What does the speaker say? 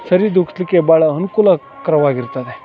ಸರಿದೂಗಿಸ್ಲಿಕ್ಕೆ ಭಾಳ ಅನುಕೂಲಕರವಾಗಿರ್ತದೆ